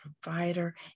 provider